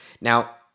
Now